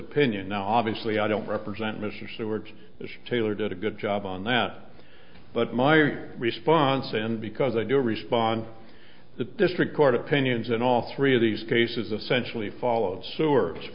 opinion now obviously i don't represent mr stuart taylor did a good job on that but my response and because i do respond to district court opinions in all three of these cases essentially followed s